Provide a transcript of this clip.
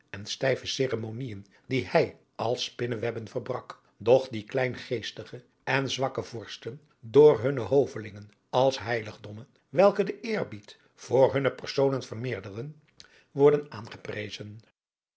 en stijve ceremoniën die hij als spinnewebben verbrak doch die kleingeestige en zwakke vorsten door hunne hovelingen als heiligdommen welke den eerbied voor hunne personen vermeerderen worden aangeprezen